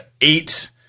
eight